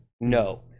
No